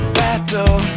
battle